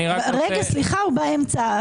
רגע, סליחה, הוא באמצע.